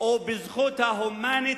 או בזכות ההומנית,